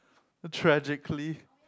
tragically